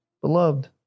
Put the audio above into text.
beloved